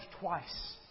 twice